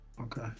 Okay